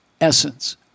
essence